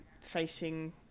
facing